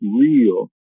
real